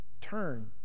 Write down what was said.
Turn